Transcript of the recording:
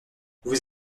vous